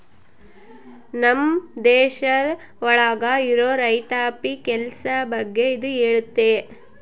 ನಮ್ ದೇಶ ಒಳಗ ಇರೋ ರೈತಾಪಿ ಕೆಲ್ಸ ಬಗ್ಗೆ ಇದು ಹೇಳುತ್ತೆ